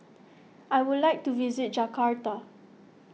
I would like to visit Jakarta